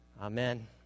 Amen